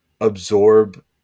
absorb